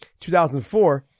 2004